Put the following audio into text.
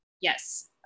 Yes